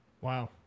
Wow